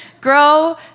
Grow